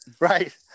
right